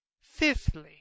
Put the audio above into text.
Fifthly